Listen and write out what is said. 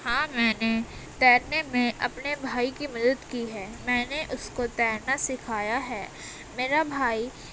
ہاں میں نے تیرنے میں اپنے بھائی کی مدد کی ہے میں نے اس کو تیرنا سکھایا ہے میرا بھائی